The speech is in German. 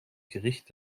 gericht